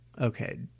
Okay